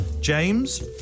James